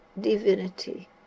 divinity